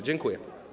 Dziękuję.